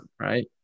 Right